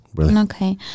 Okay